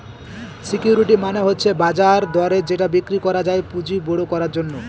security মানে হচ্ছে বাজার দরে যেটা বিক্রি করা যায় পুঁজি বড়ো করার জন্য